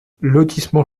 lotissement